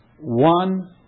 one